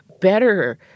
better